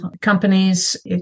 companies